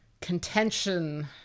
contention